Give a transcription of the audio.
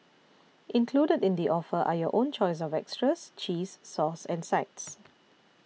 included in the offer are your own choice of extras cheese sauce and sides